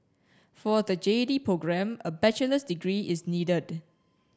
for the J D programme a bachelor's degree is needed